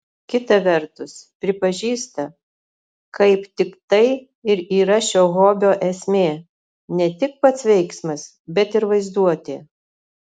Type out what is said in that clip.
kita vertus pripažįsta kaip tik tai ir yra šio hobio esmė ne tik pats veiksmas bet ir vaizduotė